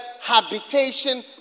habitation